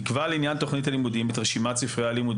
יקבע לעניין תוכנית הלימודים את רשימת ספרי הלימוד